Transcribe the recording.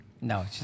No